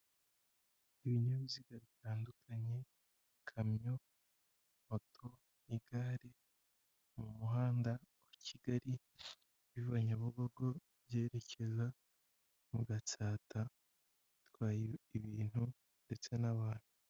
Ibinyabiziga bitandukanye ikamyo, moto, n'igare mu muhanda wa Kigali, biva Nyabugogo byerekeza mu Gatsata, bitwaye ibintu ndetse n'abantu.